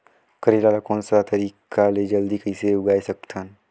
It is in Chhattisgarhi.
करेला ला कोन सा तरीका ले जल्दी कइसे उगाय सकथन?